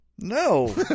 No